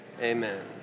amen